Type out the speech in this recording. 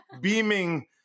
beaming